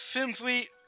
Simply